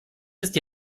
ist